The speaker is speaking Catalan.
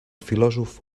filòsof